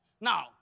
Now